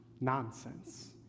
nonsense